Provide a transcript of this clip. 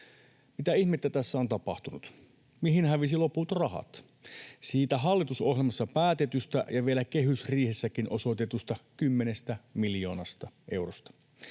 Mitä ihmettä tässä on tapahtunut? Mihin hävisivät loput rahat siitä hallitusohjelmassa päätetystä ja vielä kehysriihessäkin osoitetusta kymmenestä miljoonasta eurosta?